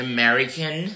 American